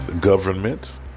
Government